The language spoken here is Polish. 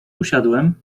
usiadłem